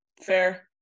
fair